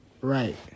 Right